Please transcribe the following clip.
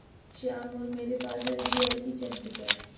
श्याम और मेरे पास एस.बी.आई की चैक बुक है